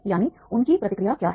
यानी उनकी प्रतिक्रिया क्या है